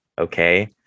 okay